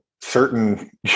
certain